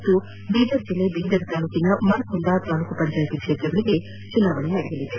ಮತ್ತು ಬೀದರ್ ಜಿಲ್ಲೆಯ ಬೀದರ್ ತಾಲೂಕಿನ ಮರಕುಂದ ತಾಲೂಕು ಪಂಚಾಯತ್ ಕ್ಷೇತ್ರಗಳಿಗೆ ಚುನಾವಣೆ ನಡೆಯಲಿದೆ